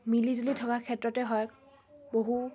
মিলিজুলি থকাৰ ক্ষেত্ৰতে হয় বহু